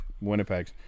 Winnipeg